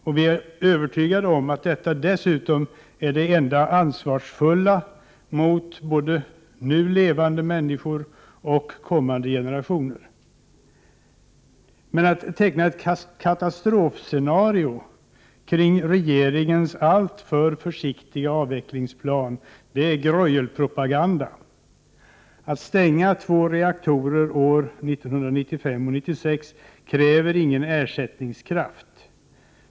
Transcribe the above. Och vi är övertygade om att detta är det enda ansvarsfulla mot både nu levande människor och kommande generationer. Men att teckna ett katastrofscenario kring regeringens alltför försiktiga avvecklingsplan är greuelpropaganda. Att stänga två reaktorer år 1995/96 kräver ingen ersättningskraft.